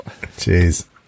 Jeez